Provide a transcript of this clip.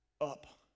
up